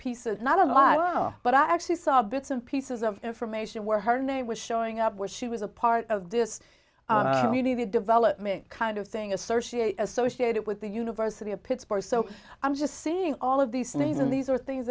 pieces not a lot but i actually saw bits and pieces of information where her name was showing up where she was a part of this community development kind of thing assertion associated with the university of pittsburgh so i'm just saying all of these names and these are things